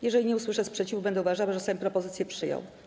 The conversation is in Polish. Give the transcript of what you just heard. Jeżeli nie usłyszę sprzeciwu, będę uważała, że Sejm propozycje przyjął.